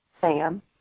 Sam